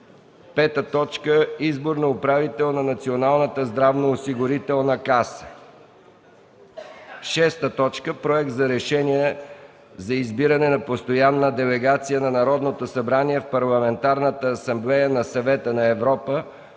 представители. 5. Избор на управител на Националната здравноосигурителна каса. 6. Проект за решение за избиране на постоянна делегация на Народното събрание в Парламентарната асамблея на Съвета на Европа.